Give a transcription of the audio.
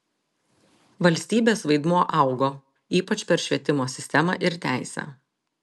valstybės vaidmuo augo ypač per švietimo sistemą ir teisę